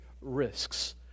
risks